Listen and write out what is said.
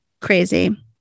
Crazy